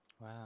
Wow